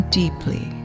deeply